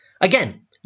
again